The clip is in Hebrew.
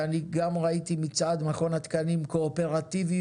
ואני גם ראיתי מצד מכון התקנים קואופרטיביות